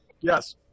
Yes